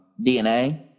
DNA